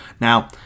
Now